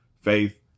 faith